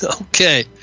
Okay